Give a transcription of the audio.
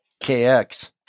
KX